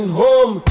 home